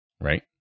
Right